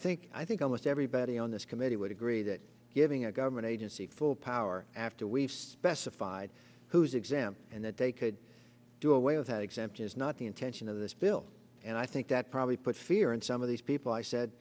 think i think almost everybody on this committee would agree that giving a government agency full power after we've specified who's exam and that they could do away with that exemption is not the intention of this bill and i think that probably put fear in some of these people i said